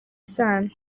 isano